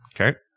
okay